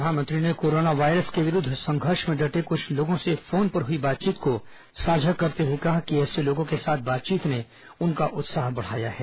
प्रधानमंत्री ने corona virus के विरूद्ध संघर्ष में डटे कुछ लोगों से फोन पर हुई बातचीत को साझा करते हुए कहा कि ऐसे लोगों के साथ बातचीत ने उनका उत्साह बढ़ाया है